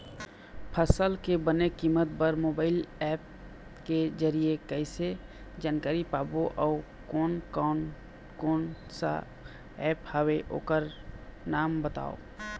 फसल के बने कीमत बर मोबाइल ऐप के जरिए कैसे जानकारी पाबो अउ कोन कौन कोन सा ऐप हवे ओकर नाम बताव?